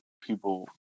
people